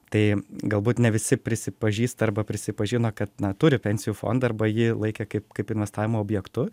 tai galbūt ne visi prisipažįsta arba prisipažino kad na turi pensijų fondą jį laikė kaip kaip investavimo objektu